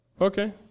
Okay